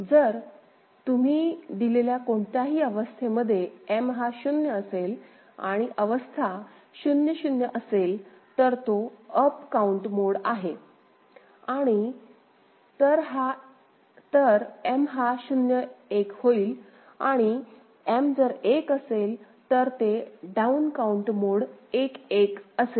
जर तुम्ही दिलेल्या कोणत्याही अवस्थेमध्ये M हा 0 असेल आणि अवस्था 0 0 असेल तर तो अप काउन्ट मोड आहे आणि तर M हा 0 1 होईल आणि M जर 1 असेल तर ते डाउन काउन्ट मोड 1 1 असेल